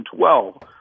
2012